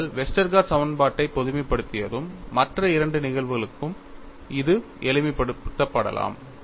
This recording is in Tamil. நீங்கள் வெஸ்டர்கார்ட் சமன்பாட்டைப் பொதுமைப்படுத்தியதும் மற்ற இரண்டு நிகழ்வுகளுக்கும் இது எளிமைப்படுத்தப்படலாம்